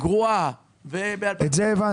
גרועה --- את זה הבנתי.